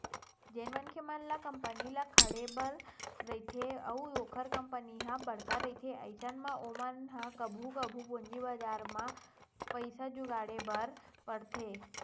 जेन मनखे मन ल कंपनी ल खड़े बर रहिथे अउ ओखर कंपनी ह बड़का रहिथे अइसन म ओमन ह कभू कभू पूंजी बजार म पइसा जुगाड़े बर परथे